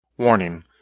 Warning